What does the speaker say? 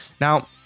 Now